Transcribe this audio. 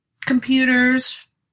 computers